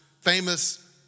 famous